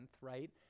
right